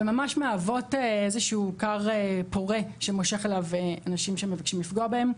וממש מהוות איזשהו כר פורה שמושך אליו אנשים שמבקשים לפגוע בהן.